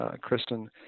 Kristen